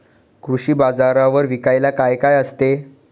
कृषी बाजारावर विकायला काय काय असते?